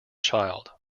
child